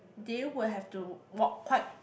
they will have to walk quite